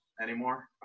anymore